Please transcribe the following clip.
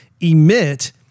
emit